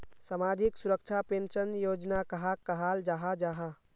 सामाजिक सुरक्षा पेंशन योजना कहाक कहाल जाहा जाहा?